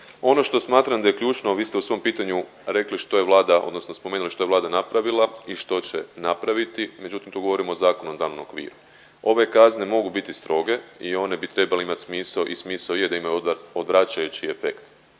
Ono što smatram da je ključno, vi ste u svom pitanju rekli što je Vlada odnosno spomenuli što je Vlada napravila i što će napraviti, međutim tu govorimo o zakonodavnom okviru. Ove kazne mogu biti stroge i one bi trebale imat smisao i smisao je da imaju odvraćajući efekt,